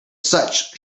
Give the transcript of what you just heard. such